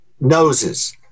noses